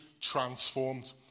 transformed